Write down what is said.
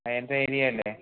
അങ്ങനത്തെ ഏരിയ അല്ലേ